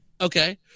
Okay